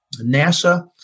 NASA